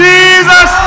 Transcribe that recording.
Jesus